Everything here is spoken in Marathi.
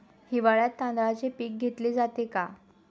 हिवाळ्यात तांदळाचे पीक घेतले जाते का?